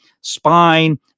spine